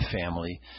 family